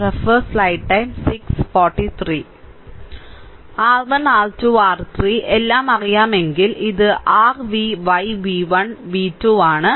R 1 R 2 R3 എല്ലാം അറിയാമെങ്കിൽ ഇത് r v y v 1 v 2 ആണ്